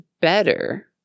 better